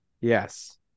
Yes